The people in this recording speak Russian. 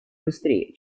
быстрее